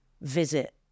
visit